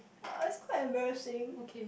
ask quite embarrassing